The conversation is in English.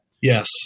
Yes